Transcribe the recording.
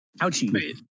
Ouchie